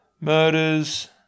Murders